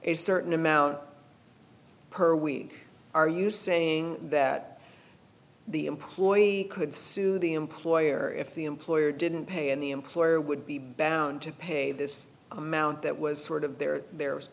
a certain amount per week are you saying that the employee could sue the employer if the employer didn't pay and the employer would be bound to pay this amount that was sort of their the